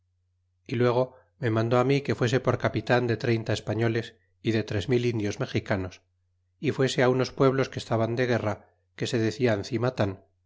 y luego me mandó mi que fuese por capitan de treinta españoles y de tres mil indios mexicanos y fuese unos pueblos que estaban de guerra que se decian cimatan